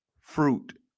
fruit